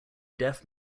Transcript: deaf